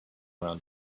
around